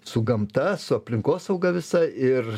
su gamta su aplinkosauga visa ir